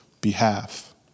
behalf